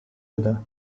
other